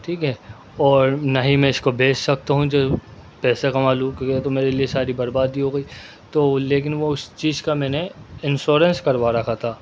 ٹھیک ہے اور نہ ہی میں اس کو بیچ سکتا ہوں جو پیسے کما لوں کیونکہ یہ تو میرے لیے ساری برباد ہی ہو گئی تو لیکن وہ اس چیز کا میں نے انشورینس کروا رکھا تھا